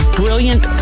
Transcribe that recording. brilliant